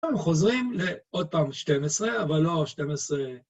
אנחנו חוזרים לעוד פעם, 12, אבל לא ה 12.